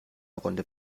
runde